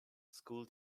school